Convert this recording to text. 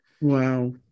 Wow